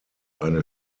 eine